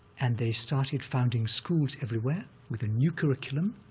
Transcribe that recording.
and they started founding schools everywhere with a new curriculum,